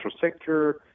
sector